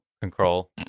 control